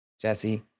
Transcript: Jesse